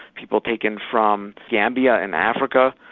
people taken from zambia and africa,